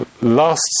last